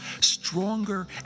stronger